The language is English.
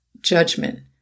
judgment